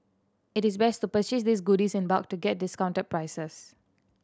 it is best to purchase these goodies in bulk to get discounted prices